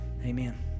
amen